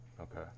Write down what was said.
Okay